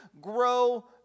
grow